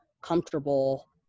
comfortable